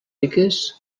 piques